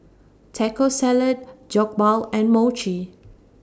Taco Salad Jokbal and Mochi